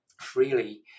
freely